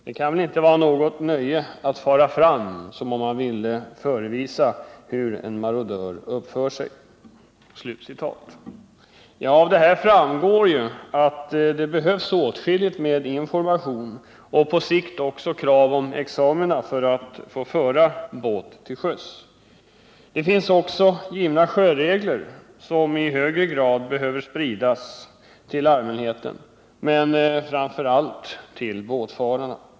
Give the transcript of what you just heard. Det kan väl inte vara något nöje att fara fram som om man ville förevisa, hur en marodör uppför sig.” Av detta framgår att det behövs åtskilligt med information och på sikt också krav på examina för att få föra båt till sjöss. Det finns också givna sjöregler som i högre grad behöver spridas till allmänheten men framför allt till båtfararna.